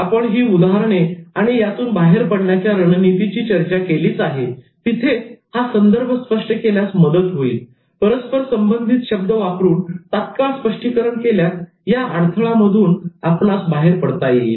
आपण ही उदाहरणे आणि यातून बाहेर पडण्याच्या रणनीतीची चर्चा केलीच आहे तिथेच हा संदर्भ स्पष्ट केल्यास मदत होईल परस्पर संबंधित शब्द वापरून तात्काळ स्पष्टीकरण केल्यास या अडथळा मधून आपणास बाहेर पडता येईल